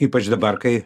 ypač dabar kai